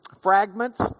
fragments